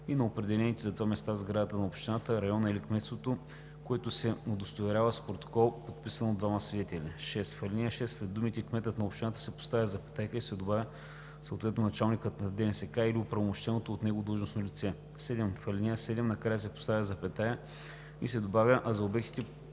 и на определените за това места в сградата на общината, района или кметството, което се удостоверява с протокол, подписан от двама свидетели.“ 6. В ал. 6 след думите „кметът на общината“ се поставя запетая и се добавя „съответно началникът на ДНСК или оправомощено от него длъжностно лице“. 7. В ал. 7 накрая се поставя запетая и се добавя „а за обекти,